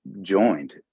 joined